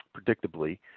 predictably